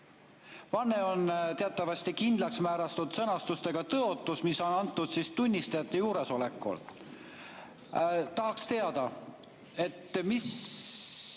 Vanne on teatavasti kindlaks määratud sõnastusega tõotus, mis on antud tunnistajate juuresolekul. Tahaks teada, millised